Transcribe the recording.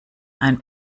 ein